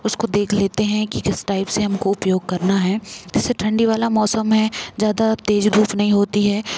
उसको देख लेते हैं कि किस टाइप से हमको उपयोग करना है जिसे ठंडी वाला मौसम है ज़्यादा तेज़ धूप नहीं होती है